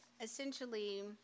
essentially